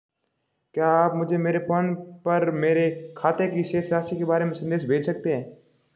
क्या आप मुझे मेरे फ़ोन पर मेरे खाते की शेष राशि के बारे में संदेश भेज सकते हैं?